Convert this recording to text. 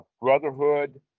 brotherhood